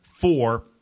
four